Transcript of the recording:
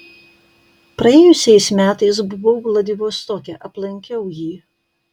praėjusiais metais buvau vladivostoke aplankiau jį